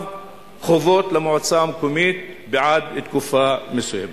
חובות למועצה המקומית בעד תקופה מסוימת.